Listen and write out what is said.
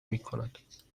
میکند